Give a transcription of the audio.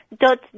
Dot